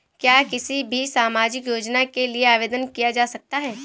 क्या किसी भी सामाजिक योजना के लिए आवेदन किया जा सकता है?